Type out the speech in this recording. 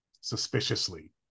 suspiciously